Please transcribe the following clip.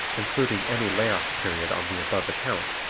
including any lay-off period on the above account,